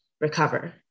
recover